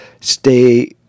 stay